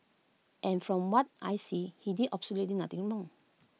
and from what I see he did absolutely nothing wrong